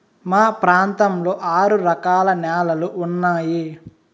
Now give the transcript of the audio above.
మా ప్రాంతంలో ఆరు రకాల న్యాలలు ఉన్నాయి